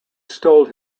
stole